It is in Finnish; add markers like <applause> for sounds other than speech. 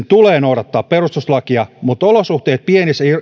<unintelligible> tulee noudattaa perustuslakia mutta olosuhteet pienissä ja